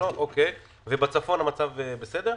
ובצפון המצב בסדר?